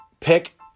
pick